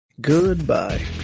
goodbye